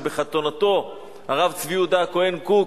שבחתונתו הרב צבי יהודה הכהן קוק